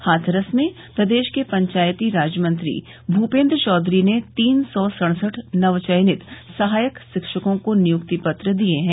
हाथरस में प्रदेश के पंचायती राज मंत्री भूपेन्द्र चौधरी ने तीन सौ सड़सठ नवचयनित सहायक शिक्षकों को नियुक्ति पत्र दिये है